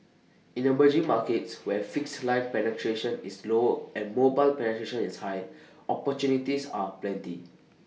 in emerging markets where fixed line penetration is low and mobile penetration is high opportunities are plenty